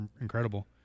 incredible